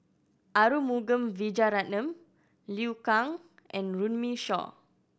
Arumugam Vijiaratnam Liu Kang and Runme Shaw